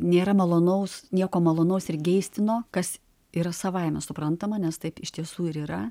nėra malonaus nieko malonaus ir geistino kas yra savaime suprantama nes taip iš tiesų ir yra